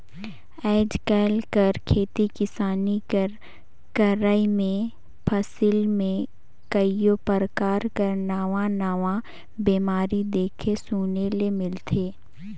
आएज काएल कर खेती किसानी कर करई में फसिल में कइयो परकार कर नावा नावा बेमारी देखे सुने ले मिलथे